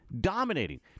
Dominating